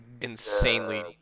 insanely